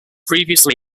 previously